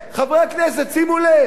חברי הכנסת, שימו לב.